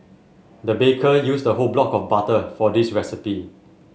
the baker used a whole block of butter for this recipe